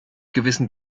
gewissen